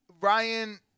Ryan